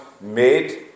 made